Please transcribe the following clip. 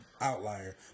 outlier